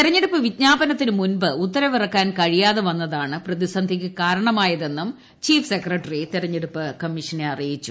തിരഞ്ഞെടുപ്പ് വിജ്ഞാപനത്തിന് മുമ്പ് ഉത്തരവിറ ക്കാൻ കഴിയാതെ വന്നതാണ് പ്രതിസന്ധിക്ക് കാരണമായ തെന്നും ചീഫ് സെക്രട്ടറി തിരഞ്ഞെടുപ്പ് കമ്മീഷനെ അറിയിച്ചു